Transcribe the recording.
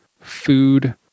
food